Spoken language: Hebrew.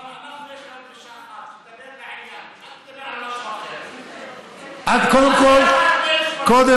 אבל תדבר לעניין, אל תדבר על משהו אחר.